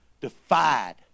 defied